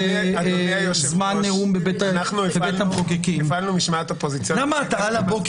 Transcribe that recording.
בשנה שעברה, בשנים האחרונות קנסות, מה המדרג